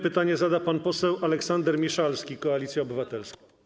Pytanie zada pan poseł Aleksander Miszalski, Koalicja Obywatelska.